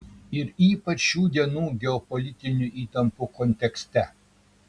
ir ypač šių dienų geopolitinių įtampų kontekste